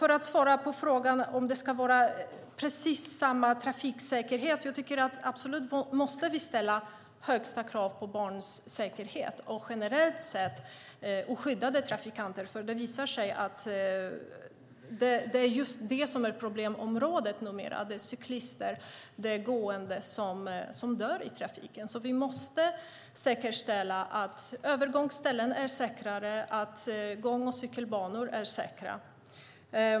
För att svara på frågan om det ska vara precis samma trafiksäkerhet i olika kommuner tycker jag att vi absolut måste ställa högsta krav på barns säkerhet och generellt oskyddade trafikanters säkerhet. Det visar sig att det är just det som är problemområdet numera, nämligen att det är cyklister och gående som dör i trafiken. Vi måste säkerställa att övergångsställen är säkrare och att gång och cykelbanor är säkra.